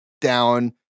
down